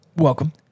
Welcome